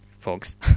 folks